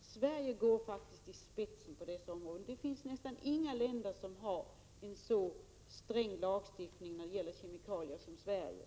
Sverige går faktiskt i spetsen på detta område. Det finns nästan inga länder som har en så sträng lagstiftning när det gäller kemikalier som Sverige.